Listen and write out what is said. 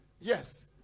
Yes